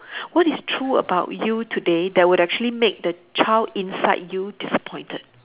what is true about you today that will actually make the child inside you disappointed